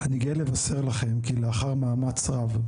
אני גאה לבשר לכם כי לאחר מאמץ רב,